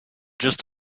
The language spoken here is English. just